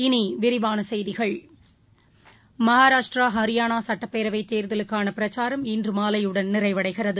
இனி விரிவான செய்திகள் மகாராஷ்டிரா ஹரியானா சட்டப்பேரவைத் தேர்தலுக்கான பிரச்சாரம் இன்று மாலையுடன் நிறைவடைகிறது